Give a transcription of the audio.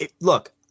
Look